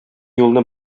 юлны